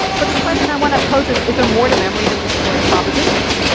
but the question i want to pose is is there more to memory than just storing propositions?